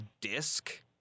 disc